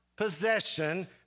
possession